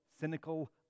cynical